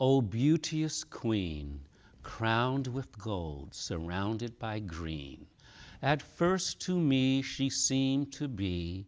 d beauteous queen crowned with gold surrounded by green at first to me she seemed to be